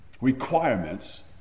requirements